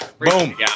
boom